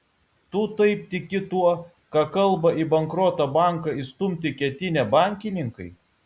tu taip tiki tuo ką kalba į bankrotą banką įstumti ketinę bankininkai